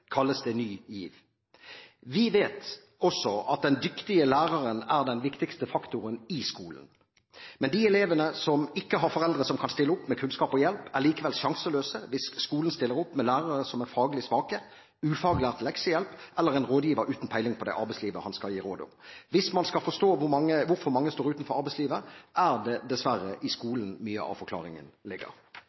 kalles det Ny GIV. Vi vet også at den dyktige læreren er den viktigste faktoren i skolen. Men de elevene som ikke har foreldre som kan stille opp med kunnskap og hjelp, er likevel sjanseløse hvis skolen stiller opp med lærere som er faglig svake, ufaglært leksehjelp, eller en rådgiver uten peiling på det arbeidslivet han skal gi råd om. Hvis man skal forstå hvorfor mange står utenfor arbeidslivet, er det dessverre i skolen mye av forklaringen